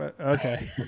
Okay